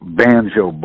banjo